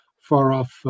far-off